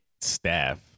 staff